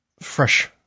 fresh